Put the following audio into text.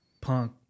punk